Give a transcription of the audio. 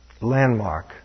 landmark